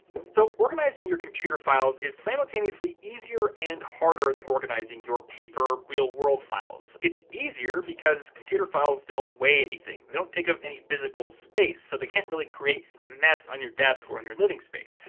so organizing your computer files is simultaneously easier and harder than organizing your paper real world files. it's easier because computer files don't weigh anything, they don't take up any physical space, so they can't really create a mess on your desk or in your living space.